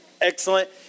Excellent